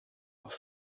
auf